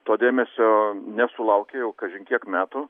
to dėmesio nesulaukė jau kažin kiek metų